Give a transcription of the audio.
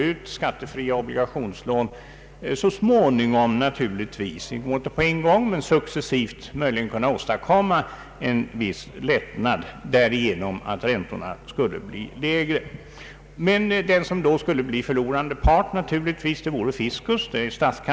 Om skattefria obligationslån gavs ut, skulle successivt — det sker naturligtvis inte på en gång — en viss lättnad kunna åstadkommas därigenom att räntorna skulle bli lägre. Förlorande part bleve fiskus — statskassan — som skulle få avstå från skatten.